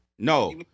No